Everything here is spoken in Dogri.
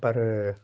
पर